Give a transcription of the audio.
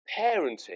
Parenting